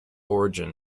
origin